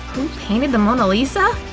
painted the mona lisa?